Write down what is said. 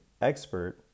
expert